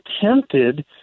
tempted